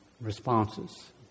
responses